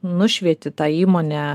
nušvieti tą įmonę